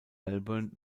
melbourne